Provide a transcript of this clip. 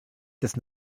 des